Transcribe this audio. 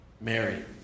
Mary